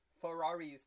Ferraris